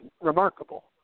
remarkable